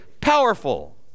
powerful